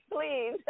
please